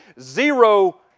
zero